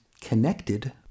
connected